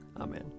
Amen